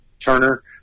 Turner